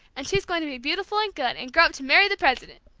and she's going to be beautiful and good, and grow up to marry the president